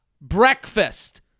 Breakfast